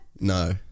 No